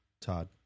Todd